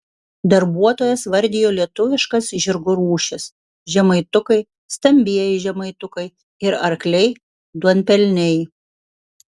darbuotojas vardijo lietuviškas žirgų rūšis žemaitukai stambieji žemaitukai ir arkliai duonpelniai